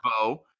bo